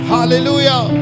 Hallelujah